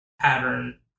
pattern